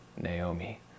Naomi